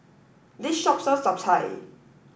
this shop sells Chap Chai